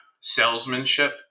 salesmanship